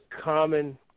common